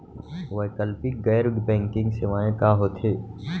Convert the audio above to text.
वैकल्पिक गैर बैंकिंग सेवा का होथे?